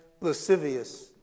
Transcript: lascivious